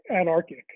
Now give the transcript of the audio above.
anarchic